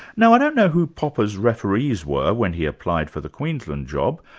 now i don't know who popper's referees were when he applied for the queensland job,